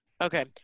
Okay